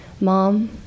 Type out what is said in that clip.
mom